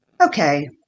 okay